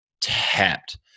tapped